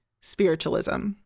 spiritualism